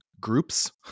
groups